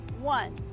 One